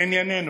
לענייננו,